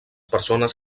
persones